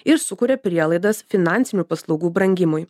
ir sukuria prielaidas finansinių paslaugų brangimui